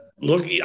look